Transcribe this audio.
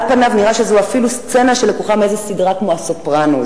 על פניו נראה שזו אפילו סצנה שלקוחה מאיזו סדרה כמו "הסופרנוס".